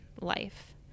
life